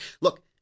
Look